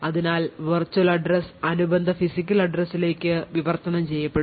അതിനാൽ virtual address അനുബന്ധ physical address ലേക്ക് വിവർത്തനം ചെയ്യപ്പെടും